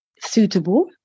suitable